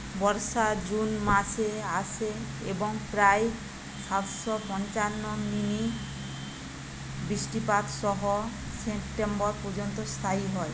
বর্ষা June মাসে আসে এবং প্রায় সাতশো পঞ্চান্ন মিমি বৃষ্টিপাত সহ সেপ্টেম্বর পর্যন্ত স্থায়ী হয়